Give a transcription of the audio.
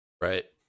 right